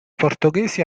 portoghesi